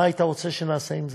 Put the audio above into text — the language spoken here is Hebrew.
מה היית רוצה שנעשה עם זה?